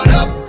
up